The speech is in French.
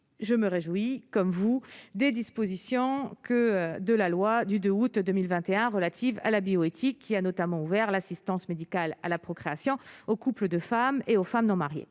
je me réjouis comme vous des dispositions que de la loi du 2 août 2021 relative à la bioéthique qui a notamment ouvert l'assistance médicale à la procréation aux couples de femmes et aux femmes non mariées,